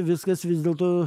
viskas vis dėlto